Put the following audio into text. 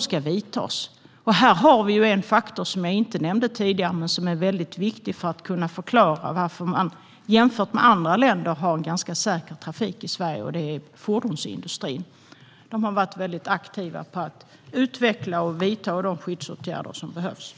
ska användas. Här har vi en faktor som jag inte nämnde tidigare men som är viktig för att kunna förklara varför Sverige jämfört med andra länder har en ganska säker trafik. Det handlar om fordonsindustrin. De har varit aktiva med att utveckla och vidta de skyddsåtgärder som behövs.